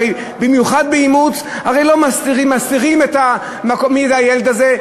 הרי במיוחד באימוץ מסתירים מי הילד הזה.